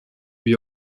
bir